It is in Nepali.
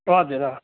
हजुर अँ